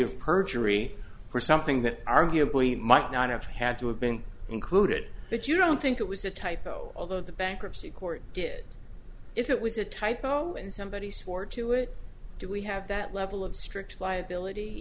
of perjury for something that arguably might not have had to have been included but you don't think it was a typo although the bankruptcy court did if it was a typo and somebody swore to it do we have that level of strict liability